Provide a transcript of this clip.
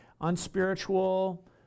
unspiritual